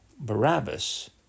Barabbas